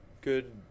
good